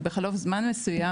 בחלוף זמן מסוים,